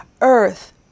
earth